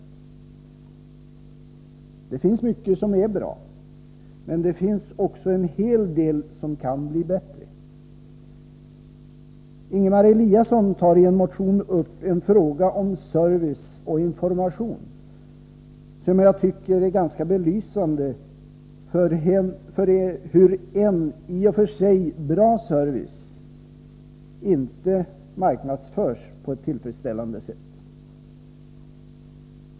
Det finns mycket som är bra, men det finns också en hel del som kan bli bättre. Ingemar Eliasson tar i en motion upp en fråga om service och information som jag tycker är ganska belysande för hur en i och för sig bra service inte marknadsförs på ett tillfredsställande sätt.